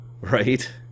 Right